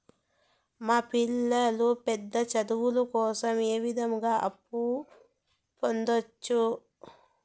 మా పిల్లలు పెద్ద చదువులు కోసం ఏ విధంగా అప్పు పొందొచ్చు?